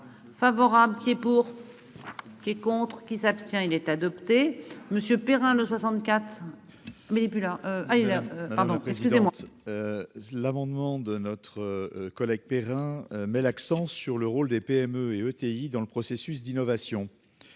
Favorable qui est pour. Qui est contre qui s'abstient il est adopté. Monsieur Perrin. Le 64. Mais. Ailleurs, pardon, excusez-moi. L'amendement de notre collègue Perrin met l'accent sur le rôle des PME et ETI dans le processus d'innovation.